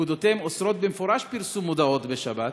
שפקודותיהם אוסרות במפורש פרסום מודעות בשבת,